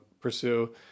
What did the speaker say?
pursue